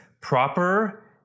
proper